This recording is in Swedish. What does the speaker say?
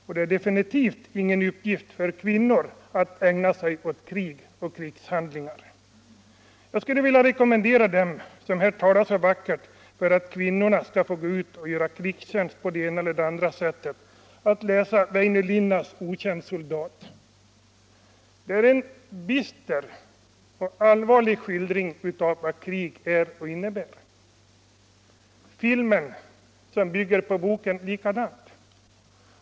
Och det är definitivt ingen uppgift för kvinnor att ägna sig åt krig och krigshandlingar! Jag vill rekommendera dem, som här talar så vackert för att kvinnorna skall få gå ut och göra krigstjänst på det ena eller andra sättet, att läsa Väinö Linnas bok Okänd soldat. Det är en bister och allvarlig skildring av vad krig är och vad krig innebär. Detsamma gäller om filmen som bygger på boken.